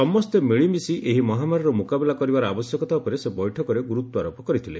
ସମସ୍ତେ ମିଳିମିଶି ଏହି ମହାମାରୀର ମୁକାବିଲା କରିବାର ଆବଶ୍ୟକତା ଉପରେ ସେ ବୈଠକରେ ଗୁରୁତ୍ୱାରୋପ କରିଥିଲେ